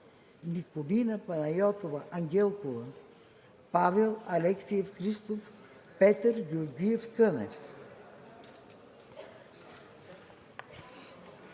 Николина Панайотова Ангелкова - тук Павел Алексеев Христов - тук Петър Георгиев Кънев